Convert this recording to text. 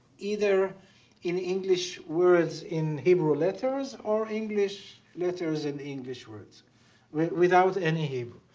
either in english words in hebrew letters or english letters in english words without any hebrew.